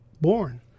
born